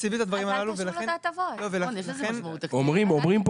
תקציבית לדברים הללו ולכן --- אומרים פה